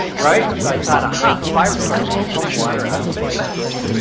right? i thought ah and fire trucks can pump water out of basements.